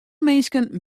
minsken